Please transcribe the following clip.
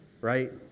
Right